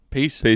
Peace